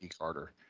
Carter